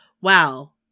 wow